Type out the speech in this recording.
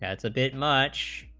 that's a bit much